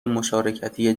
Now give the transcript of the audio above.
مشارکتی